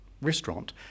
restaurant